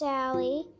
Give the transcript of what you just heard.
Sally